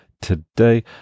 today